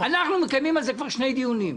אנחנו מקיימים על זה כבר שני דיונים,